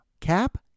Cap